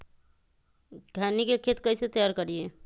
खैनी के खेत कइसे तैयार करिए?